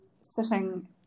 sitting